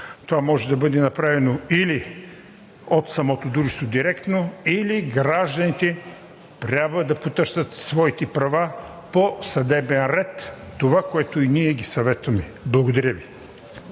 това може да бъде направено или директно от самото дружество, или гражданите трябва да потърсят своите права по съдебен ред. Това е, което и ние ги съветваме. Благодаря Ви.